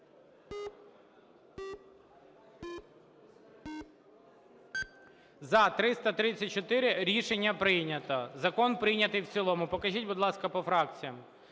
За – 334 Рішення прийнято. Закон прийнятий в цілому. Покажіть, будь ласка, по фракціях.